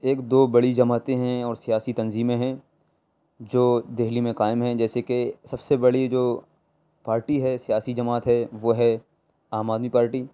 ایک دو بڑی جماعتیں ہیں اور سیاسی تنظیمیں ہیں جو دہلی میں قائم ہیں جیسے کہ سب سے بڑی جو پارٹی ہے سیاسی جماعت ہے وہ ہے عام آدمی پارٹی